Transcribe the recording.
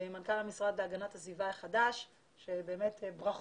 המנכ"ל החדש של המשרד להגנת הסביבה שבאמת ברכות.